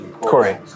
Corey